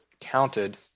counted